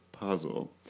puzzle